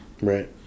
Right